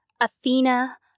Athena